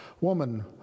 Woman